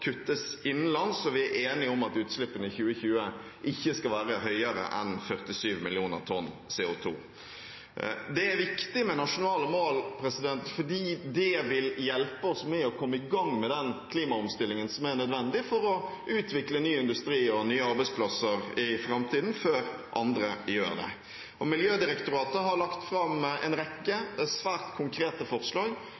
kuttes innenlands, og vi er enige om at utslippene i 2020 ikke skal være høyere enn 47 mill. tonn CO2. Det er viktig med nasjonale mål fordi det vil hjelpe oss med å komme i gang med den klimaomstillingen som er nødvendig for å utvikle ny industri og nye arbeidsplasser i framtiden, før andre gjør det. Miljødirektoratet har lagt fram en rekke svært konkrete forslag